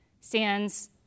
stands